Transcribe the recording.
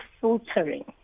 filtering